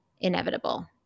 inevitable